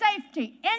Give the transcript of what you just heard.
safety